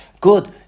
Good